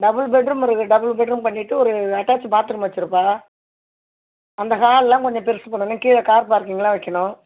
double bedroom இருக்குது double bedroom பண்ணிட்டு ஒரு அட்டாச்ட் பாத்ரூம் வச்சிருப்பா அந்த ஹால்லாம் கொஞ்சம் பெருசு பண்ணணும் கீழே கார் பார்க்கிங்லாம் வைக்கணும்